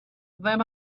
them